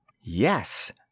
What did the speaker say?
Yes